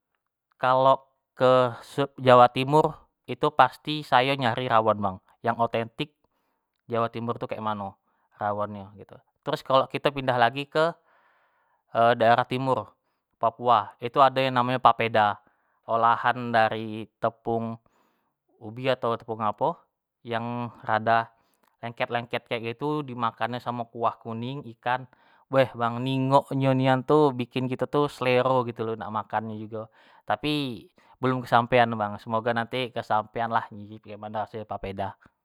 Kalo ke sep jawa timur pasti sayo nyari rawon bang, yang otentik jawo timur tu kek mano rawon nyo gitu, terus kalo kito pindah lagi ke daerah timur papua, itu ado yang namonyo papeda olahan dari tepung ubi atau tepung apo yang ad lengket-lengket kek gitu di makannyo samo kuah kuning ikan, weh bang, ningok nyo nian tu bikin kito selero nak makan jugo, tapi belum kesampean bang, semoga nanti kesampean lah nyicipin kek mano raso nyo papeda.